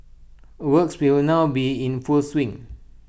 works will now be in full swing